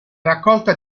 raccolta